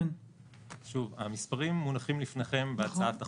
שוב, המספרים מונחים לפניכם בהצעת החוק.